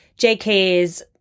JK's